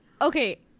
okay